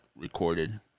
recorded